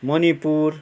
Manipur